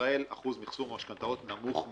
בישראל אחוז מחזור המשכנתאות הוא נמוך מאוד.